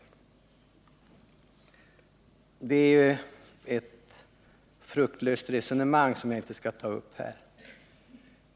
Det är ett fruktlöst resonemang som jag inte skall ta upp här.